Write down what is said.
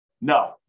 No